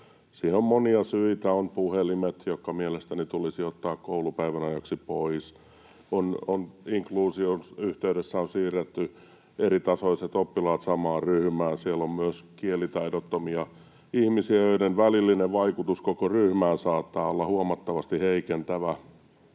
Siihen on monia syitä, on puhelimet, jotka mielestäni tulisi ottaa koulupäivän ajaksi pois, inkluusion yhteydessä on siirretty eritasoiset oppilaat samaan ryhmään, siellä on myös kielitaidottomia ihmisiä, joiden välillinen vaikutus koko ryhmään saattaa olla huomattavasti heikentävä.